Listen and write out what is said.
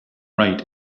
right